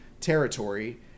territory